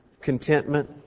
contentment